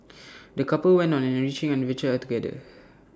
the couple went on an enriching adventure together